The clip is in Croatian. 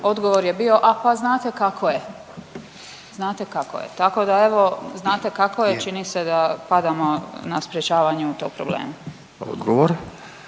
odgovor je bio, a pa znate kako je, znate kako je. Tako da evo znate kako je, čini se da padamo na sprječavanju tog problema. **Radin,